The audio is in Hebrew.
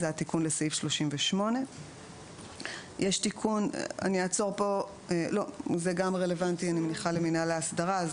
זה התיקון לסעיף 38. זה גם רלוונטי למינהל ההסדרה אז